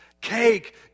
cake